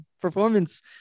performance